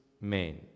men